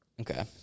Okay